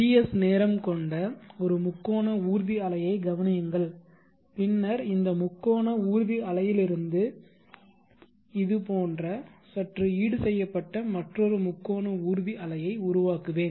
Ts நேரம் கொண்ட ஒரு முக்கோண ஊர்தி அலையை கவனியுங்கள் பின்னர் இந்த முக்கோண ஊர்தி அலையிலிருந்து இந்த போன்று சற்று ஈடுசெய்யப்பட்ட மற்றொரு முக்கோண ஊர்தி அலையை உருவாக்குவேன்